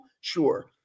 Sure